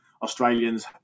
Australians